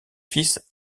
fils